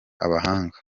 abahanga